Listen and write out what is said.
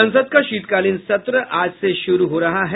संसद का शीतकालीन सत्र आज से शुरू हो रहा है